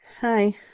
Hi